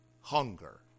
hunger